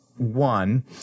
One